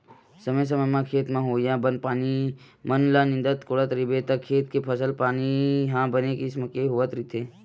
समे समे म खेत म होवइया बन पानी मन ल नींदत कोड़त रहिबे त खेत के फसल पानी ह बने किसम के होवत रहिथे